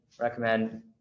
recommend